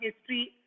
history